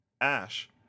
Ash